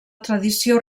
tradició